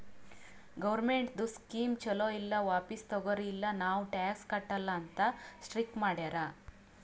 ಗೌರ್ಮೆಂಟ್ದು ಸ್ಕೀಮ್ ಛಲೋ ಇಲ್ಲ ವಾಪಿಸ್ ತಗೊರಿ ಇಲ್ಲ ನಾವ್ ಟ್ಯಾಕ್ಸ್ ಕಟ್ಟಲ ಅಂತ್ ಸ್ಟ್ರೀಕ್ ಮಾಡ್ಯಾರ್